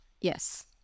Yes